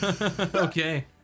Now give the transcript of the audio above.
Okay